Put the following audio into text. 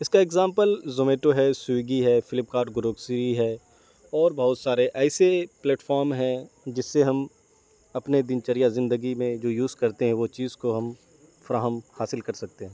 اس کا example Zomato ہے Swiggy ہے فلپکارٹ گروکسری ہے اور بہت سارے ایسے پلیٹفارم ہیں جس سے ہم اپنے دن چریا زندگی میں جو یوز کرتے ہیں وہ چیز کو ہم فراہم حاصل کر سکتے ہیں